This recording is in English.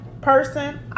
person